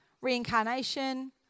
Reincarnation